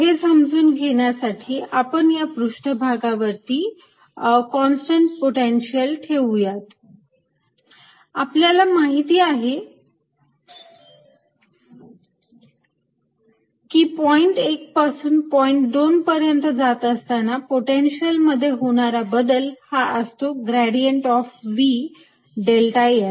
हे समजून घेण्यासाठी आपण या पृष्ठभागावरती कॉन्स्टंट पोटेन्शियल ठेवूयात आपल्याला माहिती आहे की पॉईंट 1 पासून पॉईंट 2 पर्यंत जात असताना पोटेन्शिअल मध्ये होणारा बदल हा असतो gradient of V dot delta l